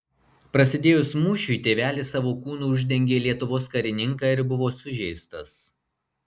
prasidėjus mūšiui tėvelis savo kūnu uždengė lietuvos karininką ir buvo sužeistas